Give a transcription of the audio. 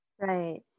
right